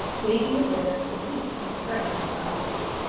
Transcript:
leaving the widow to weep and pray in solitude.